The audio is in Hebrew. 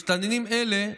מסתננים אלה"